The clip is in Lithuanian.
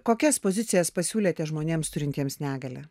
kokias pozicijas pasiūlėte žmonėms turintiems negalią